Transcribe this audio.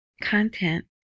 content